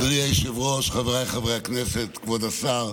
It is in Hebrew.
אדוני היושב-ראש, חבריי חברי הכנסת, כבוד השר,